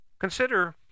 Consider